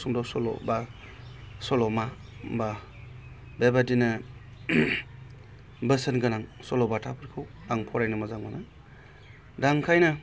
सुंद' सल' बा सल'मा बा बेबादिनो बोसोन गोनां सल'बाथाफोरखौ आङो फरायनो मोजां मोनो दा ओंखायनो